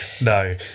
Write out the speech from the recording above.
No